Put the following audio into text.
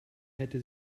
hätte